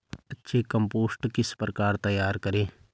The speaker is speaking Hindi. अच्छी कम्पोस्ट किस प्रकार तैयार करें?